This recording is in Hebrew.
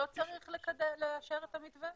לא צריך לאשר את המתווה?